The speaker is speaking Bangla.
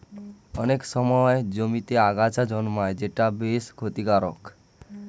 অনেক সময় জমিতে আগাছা জন্মায় যেটা বেশ ক্ষতিকারক